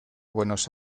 buenos